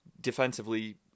defensively